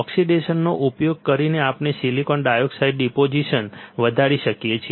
ઓક્સિડેશનનો ઉપયોગ કરીને આપણે સિલિકોન ડાયોક્સાઇડ ડિપોઝિશન વધારી શકીએ છીએ